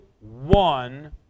one